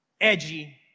Edgy